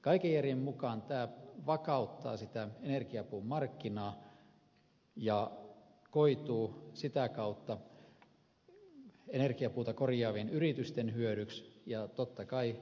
kaiken järjen mukaan tämä vakauttaa energiapuun markkinaa ja koituu sitä kautta energiapuuta korjaavien yritysten hyödyksi ja totta kai